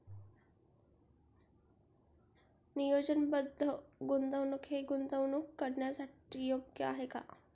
नियोजनबद्ध गुंतवणूक हे गुंतवणूक करण्यासाठी योग्य आहे का?